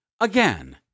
Again